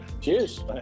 Cheers